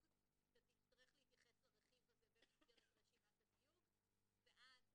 אתה תצטרך להתייחס לרכיב הזה במסגרת רשימת התיוג --- בקיצור,